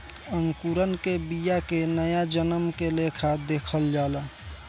अंकुरण के बिया के नया जन्म के लेखा देखल जाला